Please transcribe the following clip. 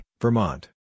Vermont